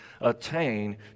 Attain